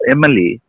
Emily